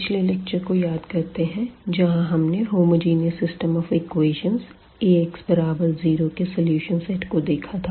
पिछले लेक्चर को याद करते है जहाँ हमने homogeneous system of equation Ax बराबर 0 के सलूशन सेट को देखा था